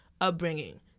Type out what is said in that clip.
upbringing